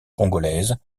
congolaise